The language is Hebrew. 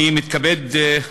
אנחנו עוברים להצעת חוק